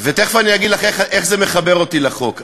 ותכף אני אגיד לך איך זה מחבר אותי לחוק.